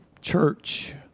church